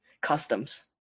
customs